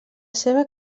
seva